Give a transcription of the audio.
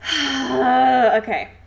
Okay